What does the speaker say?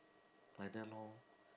like that lor